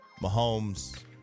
Mahomes